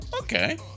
okay